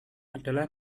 adalah